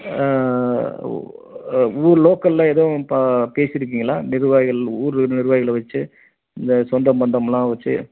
ஊர் லோக்கலில் எதுவும் ப பேசிருக்கீங்களா நிர்வாகிகள் ஊர் நிர்வாகிகளை வச்சி இந்த சொந்தம் பந்தம்லாம் வச்சி